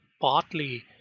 partly